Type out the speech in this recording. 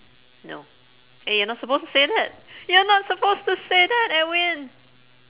no hey you're not to supposed to say that you're not supposed to say that edwin